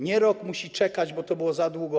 Nie rok muszą czekać, bo to byłoby za długo.